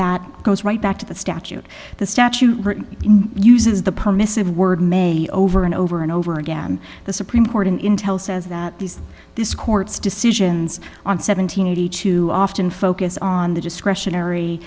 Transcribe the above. that goes right back to the statute the statute uses the permissive words over and over and over again the supreme court in intel says that these this court's decisions on seven hundred and eighty two often focus on the discretionary